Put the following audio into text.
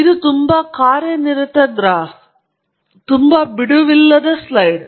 ಇದು ತುಂಬಾ ಕಾರ್ಯನಿರತ ಗ್ರಾಫ್ ತುಂಬಾ ಬಿಡುವಿಲ್ಲದ ಸ್ಲೈಡ್